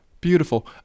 Beautiful